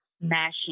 mashing